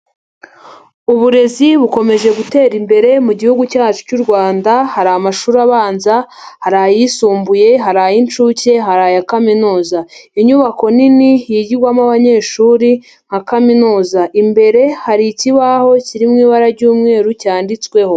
Uburezi bukomeje gutera imbere mu gihugu cyacu cy'u Rwanda, hari amashuri abanza, hari ayisumbuye, hari ay'inshuke, hari aya kaminuza. Inyubako nini yigwamo abanyeshuri ba kaminuza, imbere hari ikibaho kiri mu ibara ry'umweru cyanditsweho.